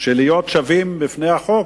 להיות שווים בפני החוק,